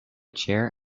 chair